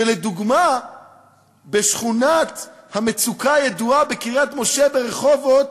שלדוגמה בשכונת המצוקה הידועה קריית-משה ברחובות,